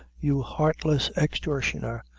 you heartless extortioner!